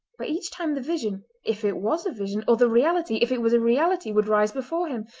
but each time the vision, if it was a vision, or the reality, if it was a reality, would rise before him.